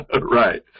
Right